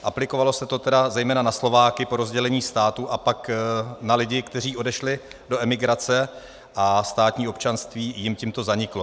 Aplikovalo se to tedy zejména na Slováky po rozdělení státu a pak na lidi, kteří odešli do emigrace, a státní občanství jim tímto zaniklo.